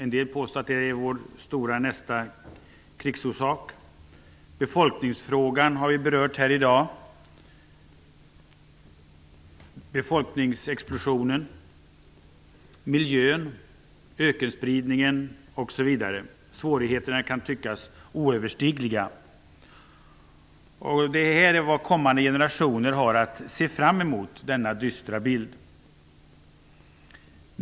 En del påstår att det är vår nästa stora krigsorsak. Befolkningsexplosionen har vi berört här i dag. Andra stora frågor är miljön, ökenspridningen, osv. Svårigheterna kan tyckas oöverstigliga. Denna dystra framtid är vad kommande generationer har att se fram emot.